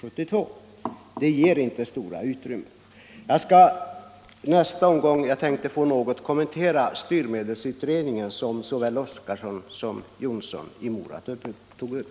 Min repliktid är nu slut, men jag ber att få återkomma för att något kommentera styrmedelsutredningen som såväl herr Oskarson som herr Jonsson i Mora tog upp.